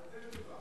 על זה מדובר.